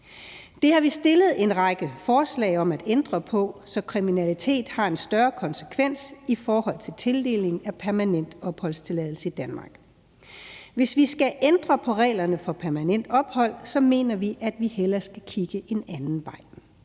Det har vi stillet en række forslag om at ændre på, så kriminalitet har en større konsekvens i forhold til tildeling af permanent opholdstilladelse i Danmark. Hvis vi skal ændre på reglerne for permanent ophold, mener vi, at vi hellere skal kigge en anden vej.